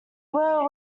were